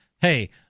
Hey